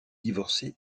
divorcée